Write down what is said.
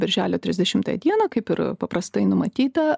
birželio trisdešitmą dieną kaip ir paprastai numatyta